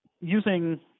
Using